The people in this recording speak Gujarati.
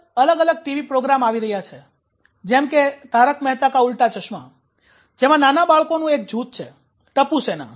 આજકાલ અલગ અલગ ટીવી પ્રોગ્રામ આવી રહ્યા છે જેમ કે તારક મહેતા કા ઊલ્ટા ચશ્મા જેમા નાના બાળકોનુ એક જૂથ છે - ટપુ સેના